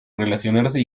relacionarse